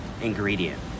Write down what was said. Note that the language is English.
ingredient